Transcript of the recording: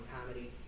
comedy